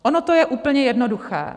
Ono to je úplně jednoduché.